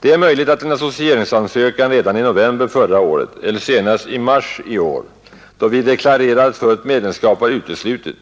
Det är möjligt att en associeringsansökan redan i november förra året eller senast i mars i år, då vi deklarerade att fullt medlemskap var uteslutet,